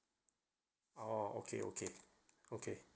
oh okay okay okay